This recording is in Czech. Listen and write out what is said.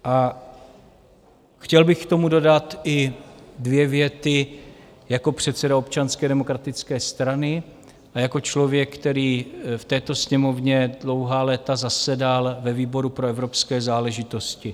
A chtěl bych k tomu dodat i dvě věty jako předseda Občanské demokratické strany a jako člověk, který v této Sněmovně dlouhá léta zasedal ve výboru pro evropské záležitosti.